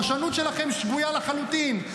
הפרשנות שלכם שגויה לחלוטין,